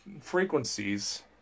frequencies